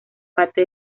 parte